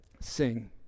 sing